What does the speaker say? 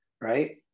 Right